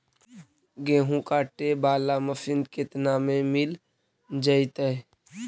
गेहूं काटे बाला मशीन केतना में मिल जइतै?